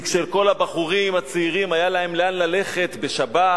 כי כשכל הבחורים הצעירים היה להם לאן ללכת בשבת,